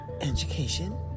education